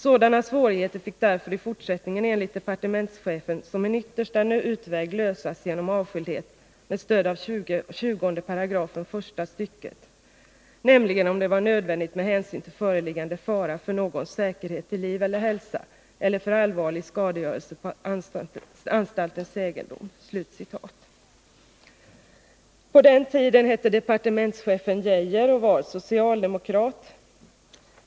Sådana svårigheter fick därför i fortsättningen enligt departementschefen som en yttersta utväg lösas genom avskildhet med stöd av 20 § första stycket, nämligen om det var nödvändigt med hänsyn till föreliggande fara för någons säkerhet till liv eller hälsa eller för allvarlig skadegörelse på anstaltens egendom ———.” På den tiden hette departementschefen Lennart Geijer och var socialdemokrat.